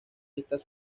listas